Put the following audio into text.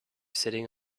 sitting